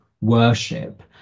worship